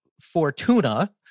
Fortuna